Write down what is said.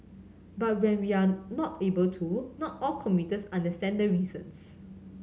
but when we are not able to not all commuters understand the reasons